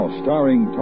starring